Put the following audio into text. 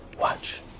Watch